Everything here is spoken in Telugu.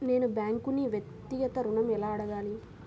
నేను బ్యాంక్ను వ్యక్తిగత ఋణం ఎలా అడగాలి?